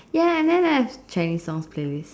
ya and then there's Chinese songs playlist